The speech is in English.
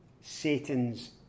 Satan's